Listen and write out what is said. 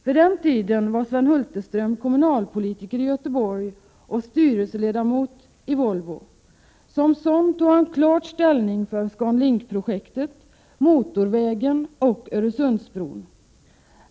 Vid den tiden var Sven Hulterström kommunalpolitiker i Göteborg och styrelseledamot i Volvo. Som sådan tog han klart ställning för ScanLink-projektet, motorvägen och Öresundsbron.